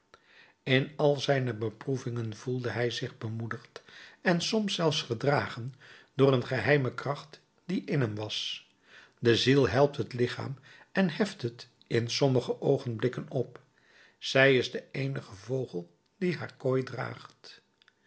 in al zijne beproevingen voelde hij zich bemoedigd en soms zelfs gedragen door een geheime kracht die in hem was de ziel helpt het lichaam en heft het in sommige oogenblikken op zij is de eenige vogel die haar kooi draagt